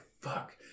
fuck